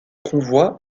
convoi